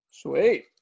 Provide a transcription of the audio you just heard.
Sweet